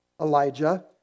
Elijah